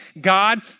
God